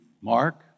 mark